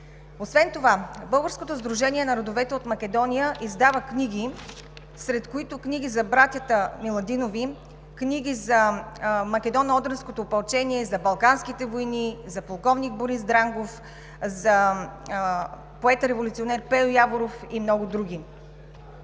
Освен това Българското сдружение на родовете от Македония издава книги, сред които книги за братята Миладинови, книги за Македоно-одринското опълчение, за балканските войни, за полковник Борис Дрангов, за поета революционер Пейо Яворов и много други.